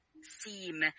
seem